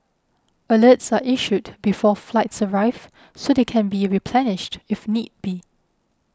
alerts are issued before flights arrive so they can be replenished if need be